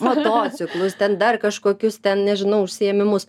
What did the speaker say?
motociklus ten dar kažkokius ten nežinau užsiėmimus